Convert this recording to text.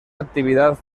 actividad